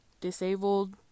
disabled